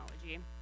technology